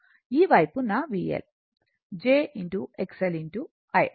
ఈ వైపు నా VL j II